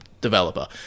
developer